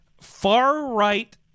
Far-right